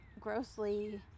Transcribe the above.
grossly